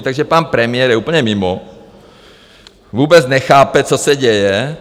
Takže pan premiér je úplně mimo, vůbec nechápe, co se děje.